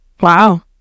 wow